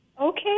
Okay